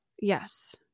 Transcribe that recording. Yes